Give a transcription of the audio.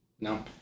No